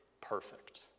perfect